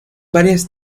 varias